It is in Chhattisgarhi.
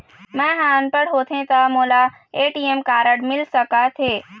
मैं ह अनपढ़ होथे ता मोला ए.टी.एम कारड मिल सका थे?